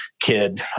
kid